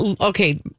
okay